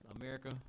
America